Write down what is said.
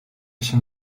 się